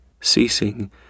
Ceasing